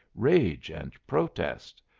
rage, and protest.